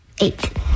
Eight